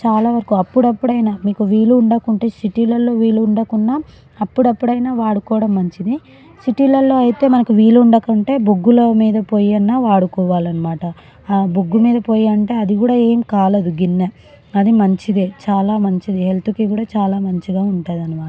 చాలా వరకు అప్పుడప్పుడైనా మీకు వీలు ఉండకుంటే సిటీలలో వీలు ఉండకున్నా అప్పుడప్పుడైనా వాడుకోవడం మంచిది సిటీలలో అయితే మనకి వీలు ఉండకుంటే బొగ్గుల మీద పొయ్యన్నా వాడుకోవాలి అనమాట ఆ బొగ్గు మీద పొయ్యంటే అది కూడా ఏం కాలదు గిన్నె అది మంచిదే చాలా మంచిది హెల్తుకి కూడా చాలా మంచిగా ఉంటుంది అనమాట